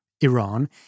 Iran